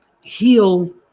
heal